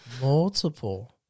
multiple